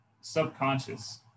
subconscious